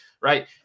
right